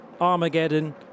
Armageddon